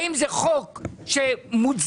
האם זה חוק מוצדק,